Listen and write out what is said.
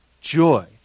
joy